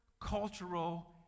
cultural